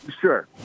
Sure